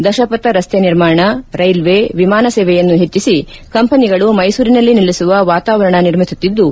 ದಶಪಥ ರಸ್ತೆ ನಿರ್ಮಾಣ ರೈಲ್ವೆ ವಿಮಾನ ಸೇವೆಯನ್ನು ಹೆಚ್ಚಿಸಿ ಕಂಪನಿಗಳು ಮೈಸೂರಿನಲ್ಲಿ ನೆಲೆಸುವ ವಾತಾವರಣ ನಿರ್ಮಿಸುತ್ತಿದ್ದು